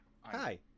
Hi